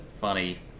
funny